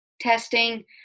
testing